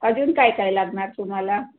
अजून काय काय लागणार तुम्हाला